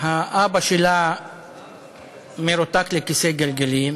אבא שלה מרותק לכיסא גלגלים.